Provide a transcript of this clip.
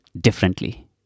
differently